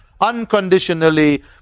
unconditionally